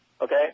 Okay